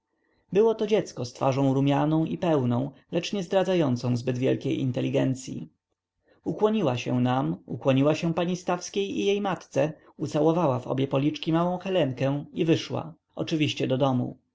ręce byłoto dziecko z twarzą rumianą i pełną lecz nie zdradzającą zbyt wielkiej inteligencyi ukłoniła się nam ukłoniła się pani stawskiej i jej matce ucałowała w oba policzki małą helenkę i wyszła oczywiście do domu